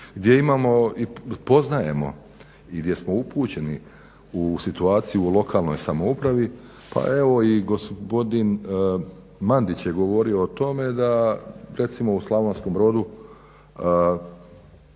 gdje imamo i poznajemo i gdje smo upućeni u situaciju o lokalnoj samoupravi pa evo i gospodin Mandić je govorio o tome da recimo u Slavonskom Brodu